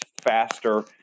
faster